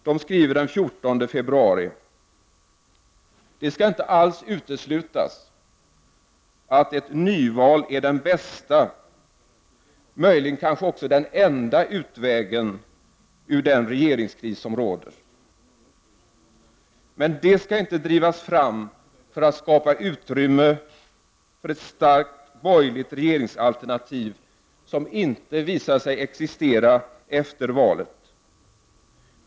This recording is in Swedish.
Den 14 februari skriver man följande: ”Det skall inte alls uteslutas att ett nyval är den bästa, möjligen kanske också enda, utvägen ur den regeringskris som råder. Men det skall inte drivas fram för att skapa utrymme för ett starkt borgerligt regeringsalternativ som inte visar sig existera efter valet.